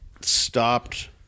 stopped